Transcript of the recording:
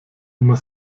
immer